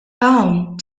hawn